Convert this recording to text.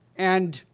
and